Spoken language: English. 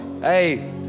Hey